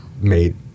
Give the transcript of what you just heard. made